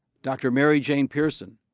dr. mary jane pearson,